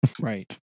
right